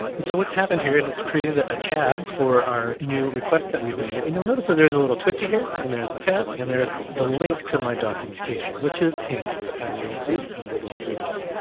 and so what's happened here is it's created ah a tab for our new requests that we've made, and you'll notice that there's a little twisty here, and there's a tab, and there's the link to my documentation, which is handy as you'll see as we're going through this.